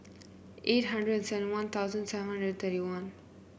eight hundred seven One Thousand seven hundred thirty one